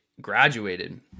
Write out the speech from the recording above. graduated